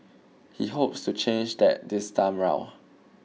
he hopes to change that this time round